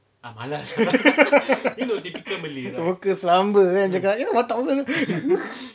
muka selamba eh cakap one thousand